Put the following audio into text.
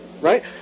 right